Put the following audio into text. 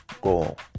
goal